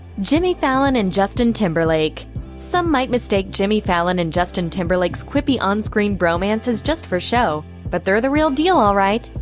jimmy fallon and justin timberlake some might mistake jimmy fallon and justin timberlake's quippy on-screen bromance as just for show, but they're the real deal alright.